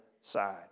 side